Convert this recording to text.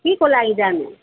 के को लागि जानु